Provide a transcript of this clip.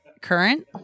Current